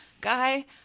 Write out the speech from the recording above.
guy